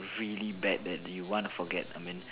really bad that you want to forget I mean